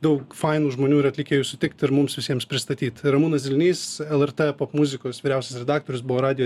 daug fainų žmonių ir atlikėjų sutikt ir mums visiems pristatyt ramūnas zilnys lrt popmuzikos vyriausias redaktorius buvo radijo